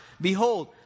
behold